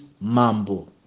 mambo